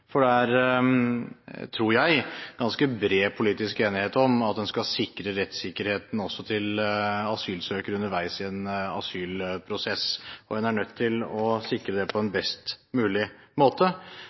for det er – tror jeg – ganske bred politisk enighet om at en skal sikre rettssikkerheten også til asylsøkere underveis i en asylprosess. En er nødt til å sikre det på en